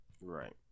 Right